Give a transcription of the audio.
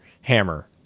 Hammer